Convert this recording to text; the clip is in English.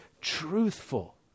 truthful